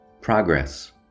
progress